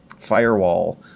firewall